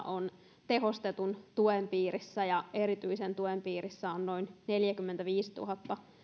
on tehostetun tuen piirissä ja erityisen tuen piirissä on noin neljäkymmentäviisituhatta